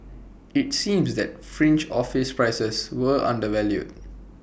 IT seems that fringe office prices were undervalued